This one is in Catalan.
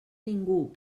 ningú